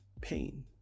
pain